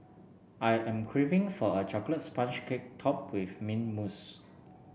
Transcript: I am craving for a chocolate sponge cake top with mint mousse